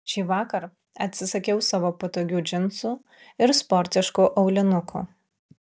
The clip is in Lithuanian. šįvakar atsisakiau savo patogių džinsų ir sportiškų aulinukų